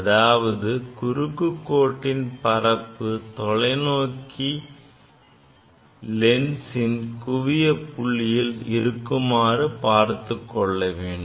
அதாவது குறுக்கு கோட்டின் பரப்பு தொலைநோக்கி லென்சின் குவிய புள்ளியில் இருக்குமாறு பார்த்துக் கொள்ள வேண்டும்